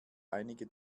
einige